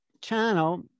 channel